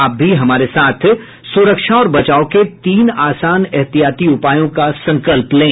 आप भी हमारे साथ सुरक्षा और बचाव के तीन आसान एहतियाती उपायों का संकल्प लें